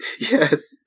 Yes